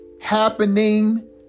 happening